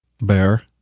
Bear